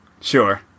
sure